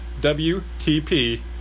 WTP